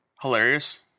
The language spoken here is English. hilarious